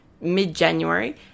mid-January